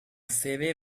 sede